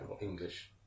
English